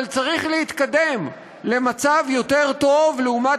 אבל צריך להתקדם למצב יותר טוב לעומת